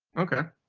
ok.